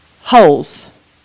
holes